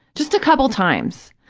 just a couple times.